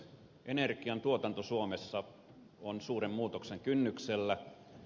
energiantuotanto suomessa on suuren muutoksen kynnyksellä